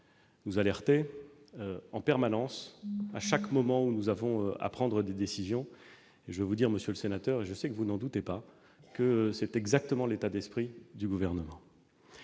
nous alerter en permanence, à chaque moment où nous avons à prendre des décisions. Et je veux vous dire, monsieur le sénateur, sachant que vous n'en doutez pas, que tel est exactement l'état d'esprit du Gouvernement.